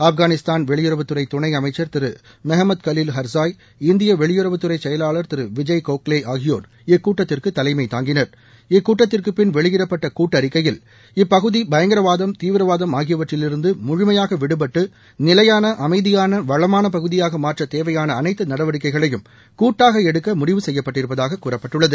ஆப்பானிஸ்தான் வெளியுறவுத்துறை துணை அமைச்சர் திரு ஹெக்மத் கலில் ஹர்சாய் இந்திய வெளியுறவுத்துறை செயவாள் திரு விஜய் கோக்லே ஆகியோர் இக்கூட்டத்திற்கு தலைமை தாங்கினர் இக்கூட்டத்திற்குப் பின் வெளியிடப்பட்ட கூட்டறிக்கையில் இப்பகுதி பயங்கரவாதம் தீவிரவாதம் ஆகியவற்றிலிருந்து முழுமையாக விடுடட்டு நிலையான அமைதியான வளமான பகுதியாக மாற்ற தேவையான அனைத்து நடவடிக்கைகளையும் கூட்டாக எடுக்க முடிவு செய்யப்பட்டிருப்பதாகக் கூறப்பட்டுள்ளது